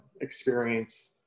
experience